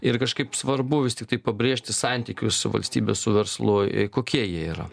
ir kažkaip svarbu vis tiktai pabrėžti santykius su valstybe su verslu kokie jie yra